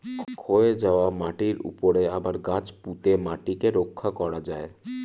ক্ষয়ে যাওয়া মাটির উপরে আবার গাছ পুঁতে মাটিকে রক্ষা করা যায়